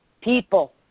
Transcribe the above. people